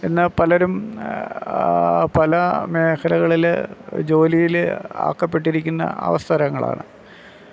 ഇന്ന് പലരും പല മേഖലകളിൽ ജോലിയിൽ ആക്കപ്പെട്ടിരിക്കുന്ന അവസരങ്ങളാണ്